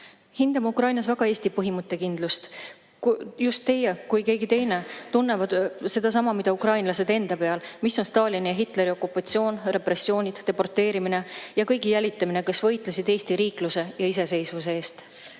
Hindame Ukrainas väga Eesti põhimõttekindlust. Just teie, [paremini] kui keegi teine, tunnete seda sama, mida ukrainlasedki – seda, mis on Stalini ja Hitleri okupatsioon, repressioonid, deporteerimine ja kõigi nende jälitamine, kes võitlesid Eesti riikluse ja iseseisvuse eest.